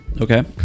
okay